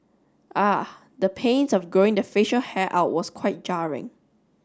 ah the pains of growing the facial hair out was quite jarring